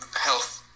health